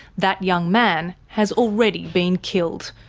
that young man has already been killed,